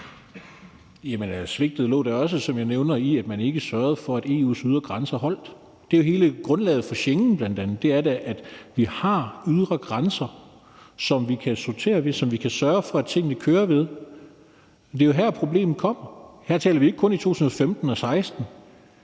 Jamen svigtet lå da også, som jeg nævner, i, at man ikke sørgede for, at EU's ydre grænser holdt. Det er da hele grundlaget for bl.a. Schengen, altså at vi har ydre grænser, som vi kan sortere ved, og hvor vi kan sørge for at tingene kører. Men det er jo herfra, problemet kommer, og her taler vi ikke kun om 2015 og 2016.